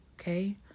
Okay